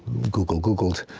google googled,